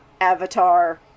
Avatar